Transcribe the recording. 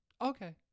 Okay